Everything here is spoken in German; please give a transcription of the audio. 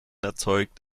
erzeugt